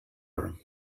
her